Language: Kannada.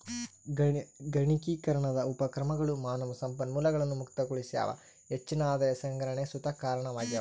ಗಣಕೀಕರಣದ ಉಪಕ್ರಮಗಳು ಮಾನವ ಸಂಪನ್ಮೂಲಗಳನ್ನು ಮುಕ್ತಗೊಳಿಸ್ಯಾವ ಹೆಚ್ಚಿನ ಆದಾಯ ಸಂಗ್ರಹಣೆಗ್ ಸುತ ಕಾರಣವಾಗ್ಯವ